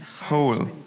whole